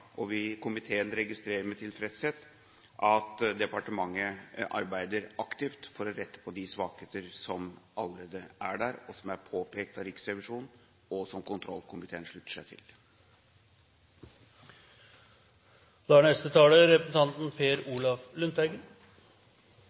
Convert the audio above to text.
og komiteen registrerer med tilfredshet at departementet arbeider aktivt for å rette på de svakheter som allerede er der, og som er påpekt av Riksrevisjonen, og som kontroll- og konstitusjonskomiteen slutter seg til. Som saksordføreren sa, er